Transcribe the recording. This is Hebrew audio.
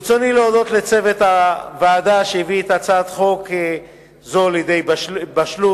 ברצוני להודות לצוות הוועדה שהביא את הצעת החוק הזאת לידי בשלות.